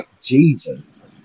Jesus